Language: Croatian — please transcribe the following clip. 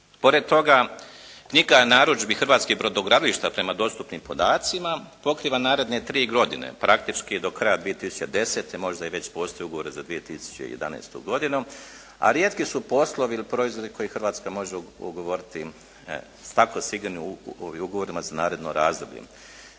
Pored toga, knjiga narudžbi hrvatskih brodogradilišta prema dostupnim podacima pokriva naredne 3 godine, praktički do kraja 2010., možda i već postoji ugovor za 2011. godinu, a rijetki su poslovi ili proizvodi koji Hrvatska može ugovoriti tako sigurnim ugovorima za naredno razdoblje.